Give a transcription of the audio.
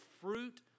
fruit